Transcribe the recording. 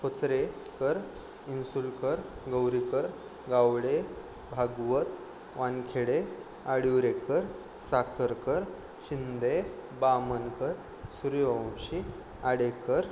Kocharekar Insulkar Gaurikar Gawade Bhagwat Wankhede Adurekar Sakharkar Shinde Bamankar Suryavanshi Adekar